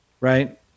right